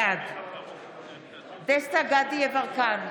בעד דסטה גדי יברקן,